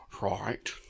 Right